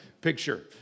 picture